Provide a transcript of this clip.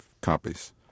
copies